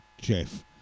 Jeff